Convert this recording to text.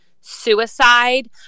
suicide